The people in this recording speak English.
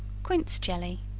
quince jelly.